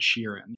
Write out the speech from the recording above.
Sheeran